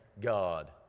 God